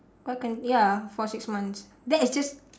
why can't ya for six months that is just